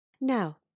Now